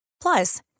Plus